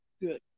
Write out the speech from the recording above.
good